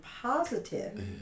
positive